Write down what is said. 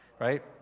right